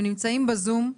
הם נמצאים בזום.